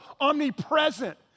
omnipresent